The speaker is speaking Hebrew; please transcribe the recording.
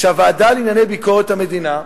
שהוועדה לענייני ביקורת המדינה,